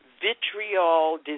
vitriol